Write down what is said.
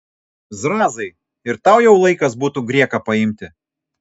zrazai ir tau jau laikas būtų grieką paimti